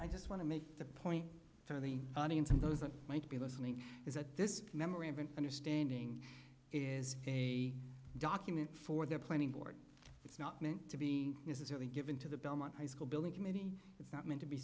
i just want to make the point to the audience and those that might be listening is that this memory of an understanding is a document for the planning board it's not meant to be necessarily given to the belmont high school building committee it's not meant to be